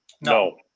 no